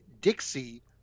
Dixie